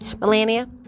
Melania